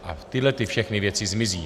A tyhle všechny věci zmizí.